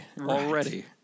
already